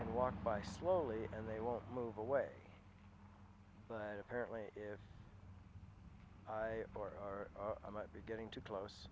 and walk by slowly and they won't move away but i apparently if i or are i might be getting too close